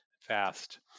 fast